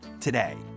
today